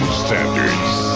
standards